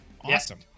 Awesome